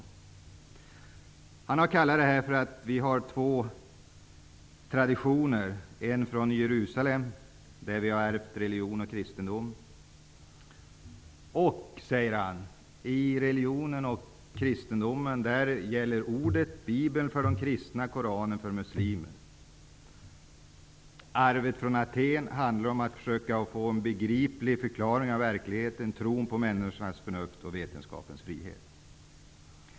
Georg Henrik von Wright säger att vi har två traditioner. Den ena är från Jerusalem, och det är därifrån som vi har ärvt vår religion och kristendom. I religionen och kristendomen, säger han, gäller ordet -- Bibeln för de kristna och Koranen för muslimer. Arvet från Aten handlar om att försöka få en begriplig förklaring av verkligheten, tron på människornas förnuft och vetenskapens frihet.